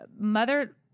mother